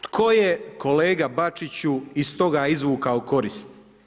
Tko je kolega Bačiću iz toga izvukao korist?